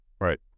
right